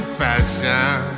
fashion